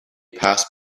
passed